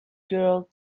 girl